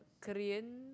Korean